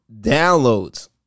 downloads